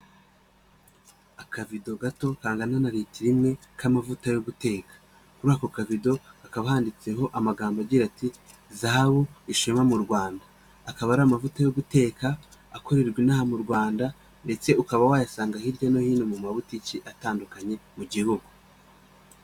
Akavido gato kangana na ritiro imwe k'amavuta yo guteka. Kuri ako kavido hakaba handitseho amagambo agira ati zahabu ishema mu Rwanda. Akaba ari amavuta yo guteka akorerwa inaha mu Rwanda ndetse ukaba wayasanga hirya no hino mu mabutiki atandukanye mu gihugu.